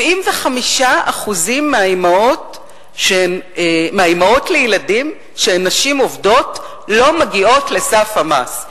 75% מהאמהות לילדים שהן נשים עובדות לא מגיעות לסף המס.